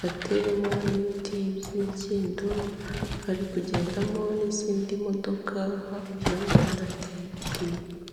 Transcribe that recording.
gateyemo n'ibiti by'imikindo hari kugendamo n'izindi modoka, hakurya y'umuhanda hateye ibiti.